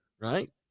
right